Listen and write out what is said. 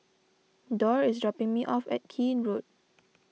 Dorr is dropping me off at Keene Road